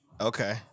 Okay